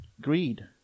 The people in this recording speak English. greed